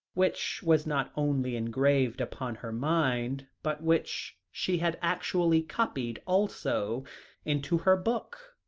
which was not only engraved upon her mind, but which she had actually copied also into her book.